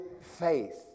faith